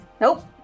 Nope